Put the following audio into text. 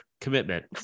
commitment